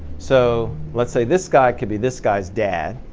so let's say this guy could be this guy's dad.